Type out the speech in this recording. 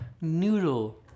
noodle